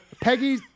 Peggy